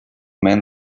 man